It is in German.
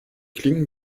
klingen